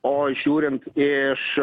o žiūrint iš